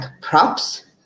props